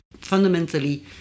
fundamentally